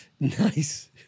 Nice